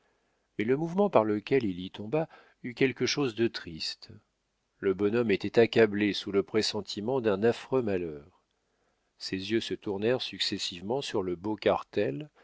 mais le mouvement par lequel il y tomba eut quelque chose de triste le bonhomme était accablé sous le pressentiment d'un affreux malheur ses yeux se tournèrent successivement sur le beau cartel